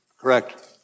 Correct